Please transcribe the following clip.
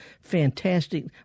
fantastic